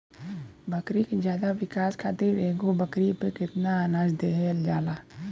बकरी के ज्यादा विकास खातिर एगो बकरी पे कितना अनाज देहल जाला?